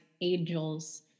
angels